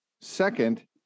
second